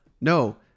no